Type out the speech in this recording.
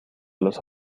los